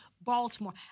Baltimore